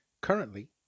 currently